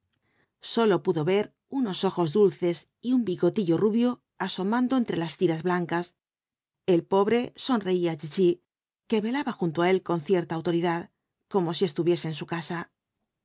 sólo pudo ver unos ojos dulces y un los cuatro jinbtjks dbil apocalipsis ó il bigotillo rubio asomando entre las tiras blancas el pobre sonreía á chichi que velaba junto á él con cierta autoridad como si estuviese en su casa